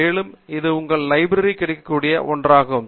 மேலும் இது உங்கள் லைப்ரரியுடன் கிடைக்கக்கூடிய ஒன்றாகும்